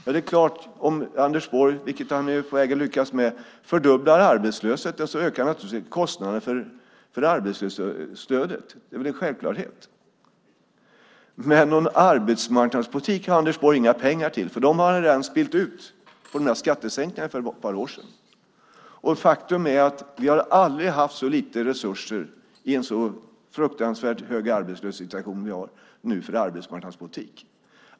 Om Anders Borg fördubblar arbetslösheten - vilket han är på väg att lyckas med - ökar naturligtvis kostnaderna för stödet till de arbetslösa. Det är väl en självklarhet. Men någon arbetsmarknadspolitik har Anders Borg inga pengar till. De har han redan spillt ut på skattesänkningarna för ett par år sedan. Faktum är att vi aldrig har haft så lite resurser för arbetsmarknadspolitik i en situation med så fruktansvärt hög arbetslöshet.